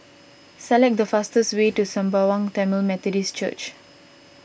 select the fastest way to Sembawang Tamil Methodist Church